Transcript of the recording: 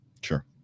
Sure